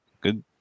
Good